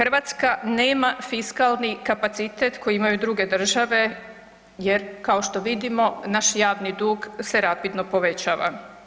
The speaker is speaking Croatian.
Hrvatska nema fiskalni kapacitet koji imaju druge države jer kao što vidimo naš javni dug se rapidno povećava.